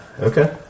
Okay